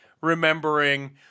remembering